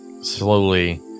slowly